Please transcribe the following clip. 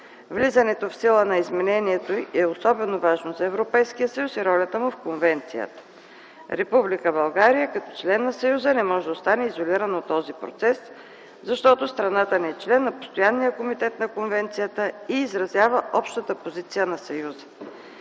Влизането в сила на изменението е особено важно за Европейския съюз и ролята му в Конвенцията. Република България като член на Европейския съюз не може да остане изолирана от този процес, защото страната ни е член на Постоянния комитет на Конвенцията и изразява общата позиция на Съюза.